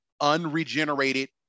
unregenerated